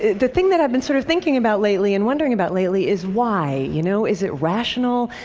the thing that i've been sort of thinking about lately, and wondering about lately, is why? you know, is it rational?